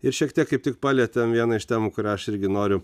ir šiek tiek kaip tik palietėm vieną iš temų kurią aš irgi noriu